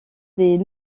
des